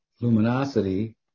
luminosity